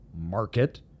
market